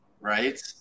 right